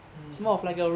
mm mm mm mm